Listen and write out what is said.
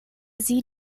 sie